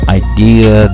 idea